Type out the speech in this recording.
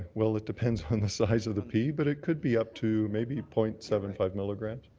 well it depends on the size of the pea, but it could be up to maybe point seven five milligrams.